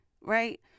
Right